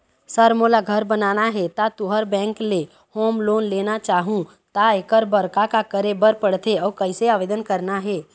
Sir मोला घर बनाना हे ता तुंहर बैंक ले होम लोन लेना चाहूँ ता एकर बर का का करे बर पड़थे अउ कइसे आवेदन करना हे?